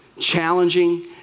challenging